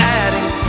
adding